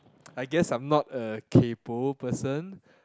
I guess I am not a kaypoh person